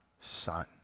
son